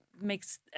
makes